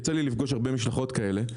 יצא לי לפגוש הרבה משלחות כאלה.